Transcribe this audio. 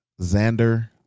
Xander